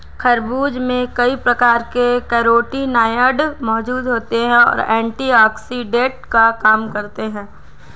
खरबूज में कई प्रकार के कैरोटीनॉयड मौजूद होते और एंटीऑक्सिडेंट का काम करते हैं